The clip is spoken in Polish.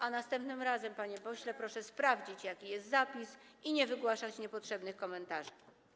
A następnym razem, panie pośle, proszę sprawdzić, jaki jest zapis, i nie wygłaszać niepotrzebnych komentarzy.